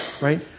right